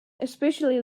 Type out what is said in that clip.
especially